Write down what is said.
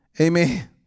Amen